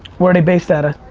where are they based out of?